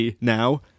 now